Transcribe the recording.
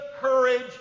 courage